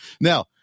now